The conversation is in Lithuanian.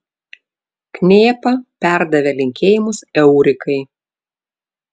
knėpa perdavė linkėjimus eurikai